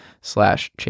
slash